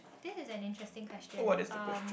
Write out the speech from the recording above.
this is an interesting question um